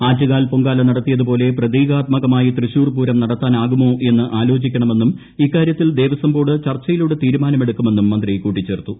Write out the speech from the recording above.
ആറ്റുകാൽ പൊങ്കാല നടത്തിയതു പോലെ പ്രതീകാത്മകമായി തൃശൂർപൂരം നടത്താനാകുമോ എന്ന് ആലോചിക്കണമെന്നും ഇക്കാര്യത്തിൽ ദേവസ്വം ബോർഡ് ചർച്ചയിലൂടെ തീരുമാനം എടുക്കുമെന്നും മന്ത്രി കൂട്ടിച്ചേർത്തു